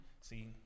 see